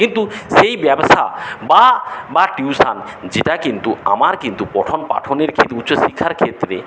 কিন্তু সেই ব্যবসা বা বা টিউশন যেটা কিন্তু আমার কিন্তু পঠন পাঠনের ক্ষেত্রে উচ্চশিক্ষার ক্ষেত্রে